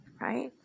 right